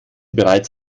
bereits